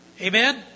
Amen